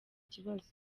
kibazo